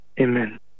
Amen